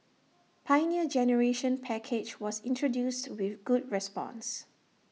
Pioneer Generation package was introduced with good response